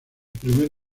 primer